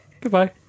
Goodbye